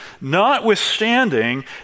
notwithstanding